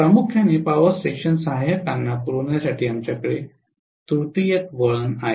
प्रामुख्याने power station सहाय्यकांना पुरवण्यासाठी आमच्याकडे तृतीयक वळण आहे